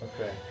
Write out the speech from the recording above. Okay